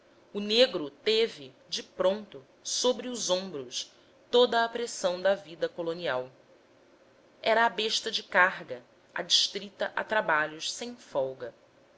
o negro teve de pronto sobre os ombros toda a pressão da vida colonial era a besta de carga adstrita a trabalhos sem folga